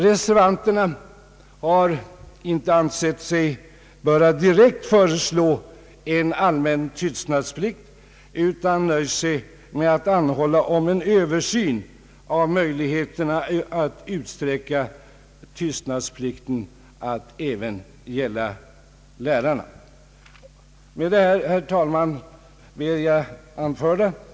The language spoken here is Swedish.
Reservanterna har ändå inte utan vidare ansett sig böra föreslå en allmän tystnadsplikt utan har nöjt sig med att anhålla om en översyn av möjligheterna att utsträcka tystnadsplikten att även gälla lärarna, vilket jag tycker att alla kammarledamöter kunde vara överens om. Herr talman!